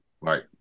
Right